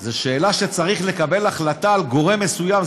אלא צריך לקבל החלטה על גורם מסוים,